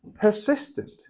persistent